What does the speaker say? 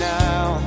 now